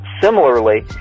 similarly